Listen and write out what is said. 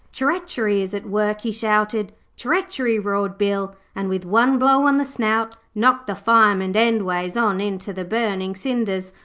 treachery is at work he shouted. treachery, roared bill, and with one blow on the snout knocked the fireman endways on into the burning cinders,